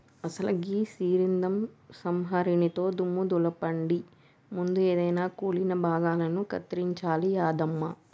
అసలు గీ శీలింద్రం సంహరినితో దుమ్ము దులపండి ముందు ఎదైన కుళ్ళిన భాగాలను కత్తిరించాలి యాదమ్మ